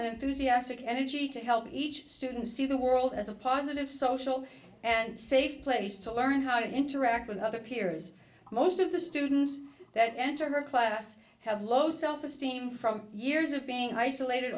and energy to help each student see the world as a positive social and safe place to learn how to interact with other peers most of the students that enter her class have low self esteem from years of being isolated